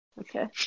Okay